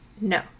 No